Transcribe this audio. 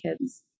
kids